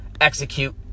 execute